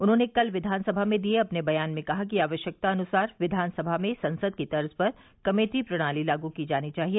उन्होंने कल विधानसभा में दिए अपने बयान में कहा कि आवश्यकतानुसार विवानसभा में संसद की तर्ज पर कमेटी प्रणाली लागू की जानी चाहिए